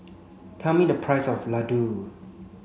tell me the price of Ladoo